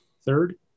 Third